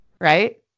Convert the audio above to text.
right